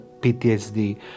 PTSD